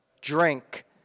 drink